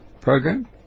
program